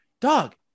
dog